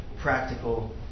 practical